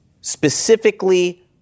specifically